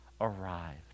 arrived